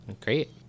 Great